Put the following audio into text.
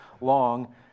long